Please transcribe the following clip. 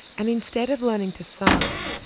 and instead of learning to sign,